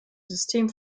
system